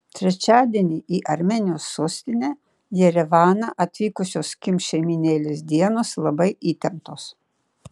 trečiadienį į armėnijos sostinę jerevaną atvykusios kim šeimynėlės dienos labai įtemptos